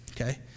okay